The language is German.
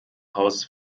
haus